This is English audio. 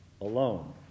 alone